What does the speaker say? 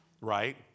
right